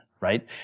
right